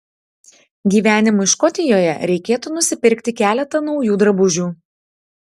gyvenimui škotijoje reikėtų nusipirkti keletą naujų drabužių